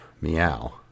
Meow